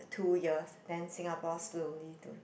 two years then Singapore slowly do